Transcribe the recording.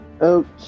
Okay